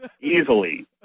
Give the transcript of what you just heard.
Easily